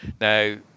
Now